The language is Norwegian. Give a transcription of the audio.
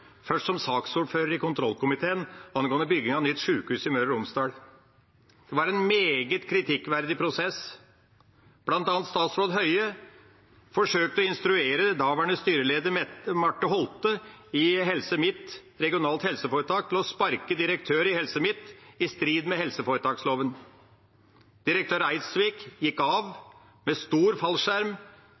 først som saksordfører i kontroll- og konstitusjonskomiteen angående bygging av nytt sjukehus i Møre og Romsdal. Prosessen var meget kritikkverdig. Blant annet forsøkte statsråd Høie å instruere daværende styreleder Marthe Styve Holte i regionalt helseforetak Helse Midt-Norge til å sparke direktør i Helse Midt-Norge, i strid med helseforetaksloven. Direktør Astrid Eidsvik gikk av med stor fallskjerm